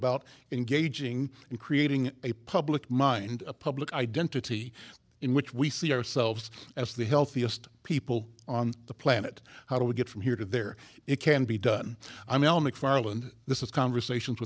about engaging in creating a public mind a public identity in which we see ourselves as the healthiest people on the planet how do we get from here to there it can be done m l mcfarland this is conversations